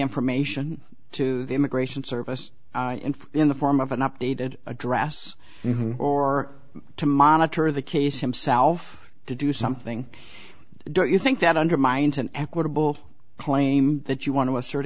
information to the immigration service in the form of an updated address or to monitor the case himself to do something don't you think that undermines an equitable claim that you want to assert